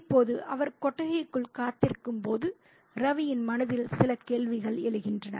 இப்போது அவர் கொட்டகைக்குள் காத்திருக்கும்போது ரவியின் மனதில் சில கேள்விகள் எழுகின்றன